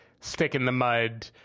stick-in-the-mud